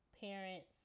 parents